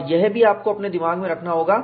और यह भी आपको अपने दिमाग में रखना होगा